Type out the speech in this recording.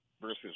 versus